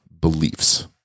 beliefs